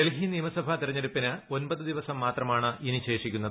ഡൽഹി നിയമസഭ തെരഞ്ഞെടുപ്പിന് ഒമ്പത് ദിവസം മാത്രമാണ് ഇനി ശേഷി ക്കുന്നത്